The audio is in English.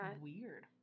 weird